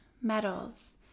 metals